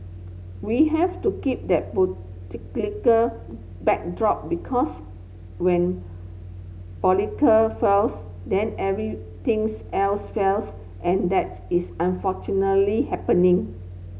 we have to keep that backdrop because when politic fails then everything's else fails and that is unfortunately happening